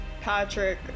Patrick